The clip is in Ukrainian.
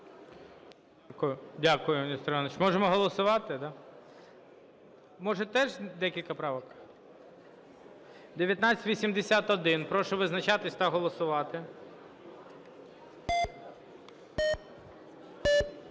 Дякую, Нестор Іванович. Можемо голосувати, да? Може, теж декілька правок? 1981. Прошу визначатись та голосувати.